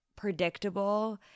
predictable